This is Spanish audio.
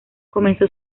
comenzó